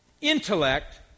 intellect